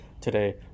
today